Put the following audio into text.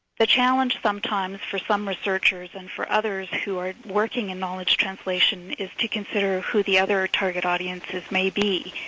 the challenge, sometimes, for some researchers and for others who are working in knowledge translation is to consider who the other target audiences may be.